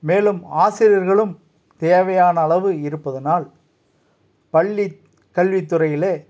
மேலும் ஆசிரியர்களும் தேவையான அளவு இருப்பதனால் பள்ளி கல்வித்துறையிலே